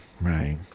right